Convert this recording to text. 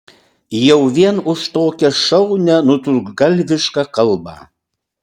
jau vien už tokią šaunią nutrūktgalvišką kalbą